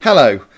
Hello